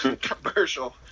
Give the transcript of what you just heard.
commercial